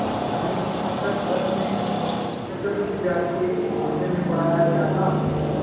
हमें कक्षा दस में चक्रवृद्धि ब्याज के विषय में पढ़ाया गया था